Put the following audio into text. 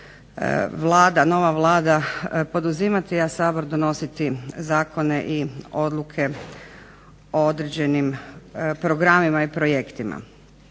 nova Vlada poduzimati, a Sabor donositi zakone i odluke o određenim programima i projektima.